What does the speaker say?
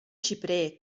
xiprer